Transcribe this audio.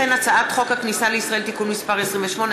והצעת חוק הכניסה לישראל (תיקון מס' 28),